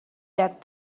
that